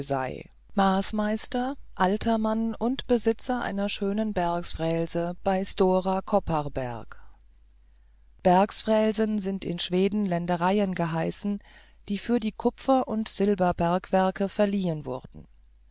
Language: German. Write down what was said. masmeister altermann und besitzer einer schönen bergsfrälse bei stora kopparberg bergsfrälse sind in schweden ländereien geheißen die für die kupfer und silberbergwerke verliehen wurden